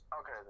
Okay